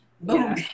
boom